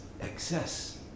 excess